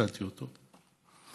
שמצאתי אותו,